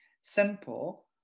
simple